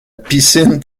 piscine